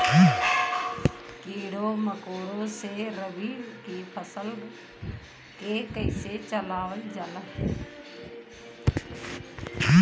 कीड़ों मकोड़ों से रबी की फसल के कइसे बचावल जा?